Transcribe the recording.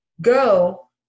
go